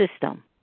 system